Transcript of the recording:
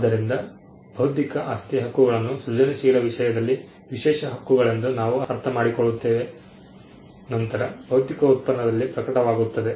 ಆದ್ದರಿಂದ ಬೌದ್ಧಿಕ ಆಸ್ತಿ ಹಕ್ಕುಗಳನ್ನು ಸೃಜನಶೀಲ ವಿಷಯದಲ್ಲಿ ವಿಶೇಷ ಹಕ್ಕುಗಳೆಂದು ನಾವು ಅರ್ಥಮಾಡಿಕೊಳ್ಳುತ್ತೇವೆ ನಂತರ ಭೌತಿಕ ಉತ್ಪನ್ನದಲ್ಲಿ ಪ್ರಕಟವಾಗುತ್ತದೆ